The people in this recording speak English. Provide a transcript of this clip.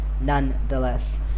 nonetheless